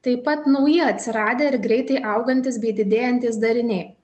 taip pat nauji atsiradę ir greitai augantys bei didėjantys dariniai